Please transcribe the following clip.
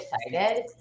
excited